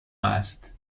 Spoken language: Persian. است